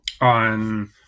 on